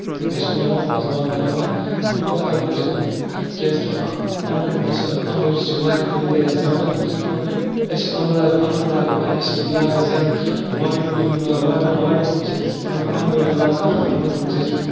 أسۍ چھِ میوو منٛز وۄپداوان امبہٕ اَمبٕر زیادٕ کیازکہِ اَمبرین منٛز چھِ اَمبٕر چھِ واریاہ فٲیدٕ اَسہِ دِوان اَمبرین أسۍ چھ اَمبٕر لاگان پا أسۍ چھِ لاگان زیادٕ وارِ کُلین وارین منٛز چھِ أسۍ پَننۍ اَمبٕر لاگان اَمبٕر کُلۍ چھِ أسۍ